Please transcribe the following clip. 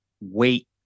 wait